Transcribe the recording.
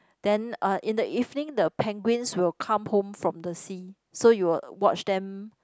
then uh in the evening the penguins will come home from the sea so you will watch them